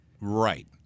Right